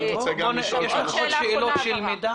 יש לך עוד שאלות אחרונות של מידע?